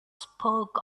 spoke